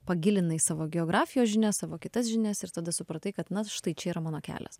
pagilinai savo geografijos žinias savo kitas žinias ir tada supratai kad na štai čia yra mano kelias